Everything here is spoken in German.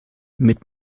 mit